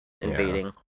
invading